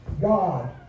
God